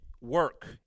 work